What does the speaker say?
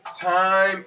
time